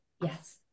yes